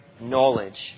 knowledge